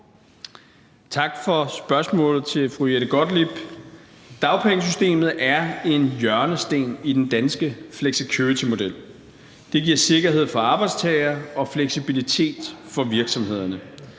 for spørgsmålet. Dagpengesystemet er en hjørnesten i den danske flexicuritymodel. Det giver sikkerhed for arbejdstagerne og fleksibilitet for virksomhederne.